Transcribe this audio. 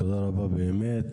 תודה רבה באמת.